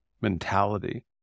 mentality